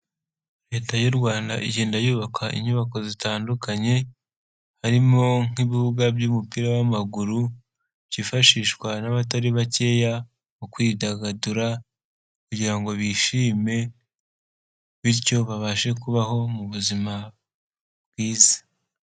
Leta y'u Rwanda igenda yubaka inyubako zitandukanye, harimo nk'ibibuga by'umupira w'amaguru, byifashishwa n'abatari bakeya, mu kwidagadura kugira ngo bishime bityo babashe kubaho mu buzima bwiza.